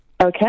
Okay